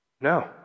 No